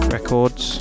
Records